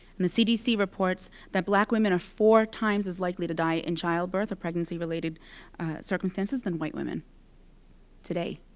and the cdc reports that black women are four times as likely to die in childbirth or pregnancy-related circumstances than white women today.